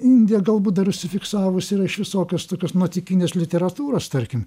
indija galbūt dar užsifiksavusi ir iš visokios tokios nuotykinės literatūros tarkim